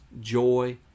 joy